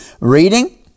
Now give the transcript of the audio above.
reading